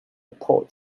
pouch